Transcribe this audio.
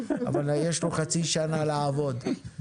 אבל יש לו חצי שנה לעבוד.